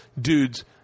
dudes